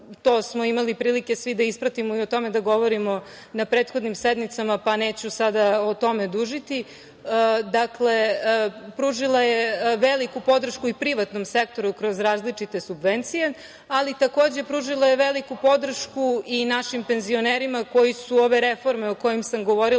smo prilike svi da ispratimo i o tome da govorimo na prethodnim sednicama, pa o tome neću dužiti, pružila je veliku podršku i privatnom sektoru kroz različite subvencije. Takođe, pružila je veliku podršku i našim penzionerima koji su ove reforme o kojima sam govorila,